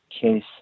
case